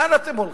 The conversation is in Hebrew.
לאן אתם הולכים,